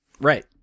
right